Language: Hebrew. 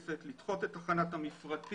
שכבר פורסמו ב-4.2א?